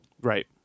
Right